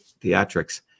theatrics